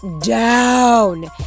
down